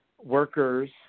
workers